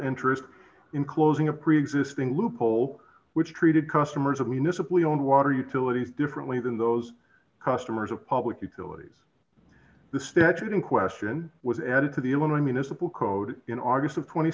interest in closing a preexisting loophole which treated customers of municipally owned water utility differently than those customers of public utilities the statute in question was added to the illinois municipal code in august of tw